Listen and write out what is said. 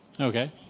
Okay